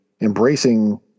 embracing